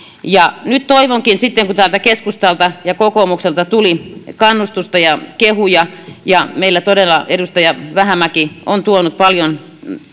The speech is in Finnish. nyt toivonkin sitten kun täällä keskustalta ja kokoomukselta tuli kannustusta ja kehuja ja meillä todella edustaja vähämäki on tuonut paljon